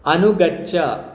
अनुगच्छ